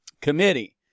Committee